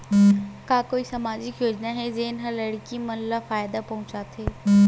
का कोई समाजिक योजना हे, जेन हा लड़की मन ला फायदा पहुंचाथे?